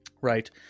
right